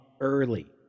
early